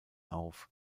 auf